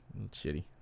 Shitty